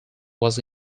was